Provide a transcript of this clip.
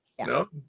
No